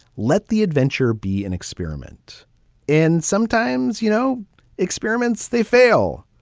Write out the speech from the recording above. let the adventure be an experiment and sometimes you know experiments they fail.